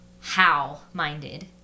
how-minded